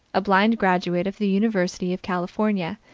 a blind graduate of the university of california,